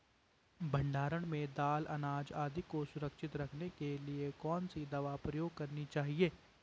भण्डारण में दाल अनाज आदि को सुरक्षित रखने के लिए कौन सी दवा प्रयोग करनी चाहिए?